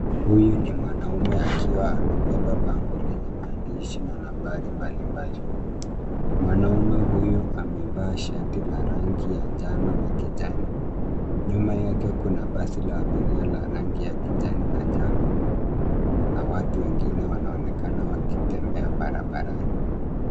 Huyu ni mwanaume akiwa amebeba bango lenye maandishi na nambari mbalimbali. Mwanaume huyu amevaa shati la rangi ya njano na kijani. Nyuma yake kuna basi la abiria la rangi ya kijani na njano na watu wengine wanaonekana wakitembea barabarani.